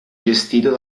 gestito